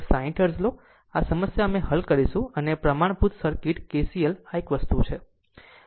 f 60 hertz લો આ સમસ્યા અમે હલ કરીશું અને પ્રમાણભૂત સર્કિટ KCL આ એક વસ્તુ છે